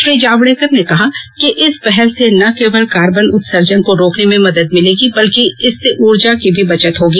श्री जावड़ेकर ने कहा कि इस पहल से न केवल कार्बन उत्सर्जन को रोकने में मदद मिलेगी बल्कि इससे ऊर्जा की भी बचत होगी